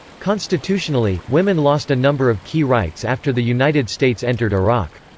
constitutionally, women lost a number of key rights after the united states entered iraq.